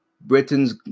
Britain's